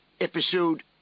Episode